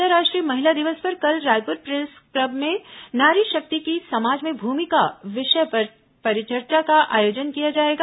अंतर्राष्ट्रीय महिला दिवस पर कल रायपुर प्रेस क्लब में नारी शक्ति की समाज में भूमिका विषय पर परिचर्चा का आयोजन किया जाएगा